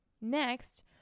Next